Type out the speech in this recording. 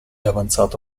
avanzata